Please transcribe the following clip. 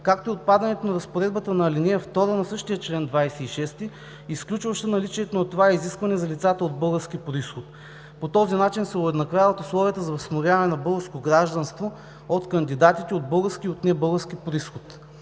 както и отпадането на разпоредбата на ал. 2 на същия чл. 26, изключваща наличието на това изискване за лицата от български произход. По този начин се уеднаквяват условията за възстановяване на българско гражданство от кандидатите от български и от небългарски произход.